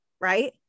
right